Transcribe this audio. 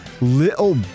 Little